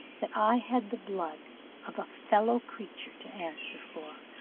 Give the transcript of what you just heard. that i had the blood of a fellow-creature to answer for